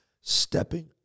stepping